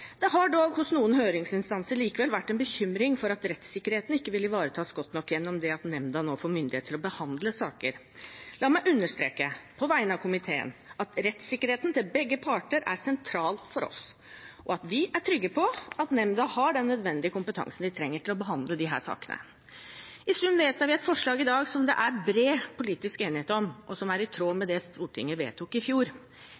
Det har fra noen høringsinstanser likevel vært en bekymring for at rettssikkerheten ikke ville ivaretas godt nok ved at nemnda nå får myndighet til å behandle saker. La meg understreke, på vegne av komiteen, at rettssikkerheten til begge parter er sentral for oss, og at vi er trygge på at nemnda har den nødvendige kompetansen den trenger til å behandle disse sakene. I sum vedtar vi et forslag i dag som det er bred politisk enighet om, og som er i tråd